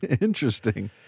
Interesting